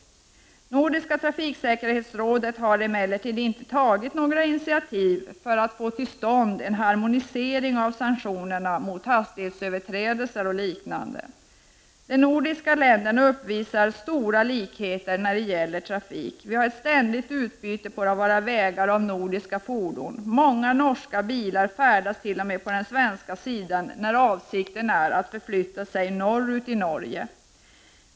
Nordiska trafiksäkerhetsrådet har emellertid inte tagit några initiativ för att få till stånd en harmonisering av sanktionerna mot hastighetsöverträdelser och liknande. De nordiska länderna uppvisar stora likheter när det gäller trafik. Vi har ett ständigt utbyte på våra vägar av nordiska fordon. Många norska bilar färdas t.o.m. på den svenska sidan när avsikten är att förflytta sig norrut i Norge.